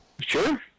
Sure